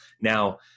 Now